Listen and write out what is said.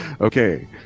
Okay